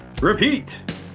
Repeat